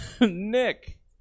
Nick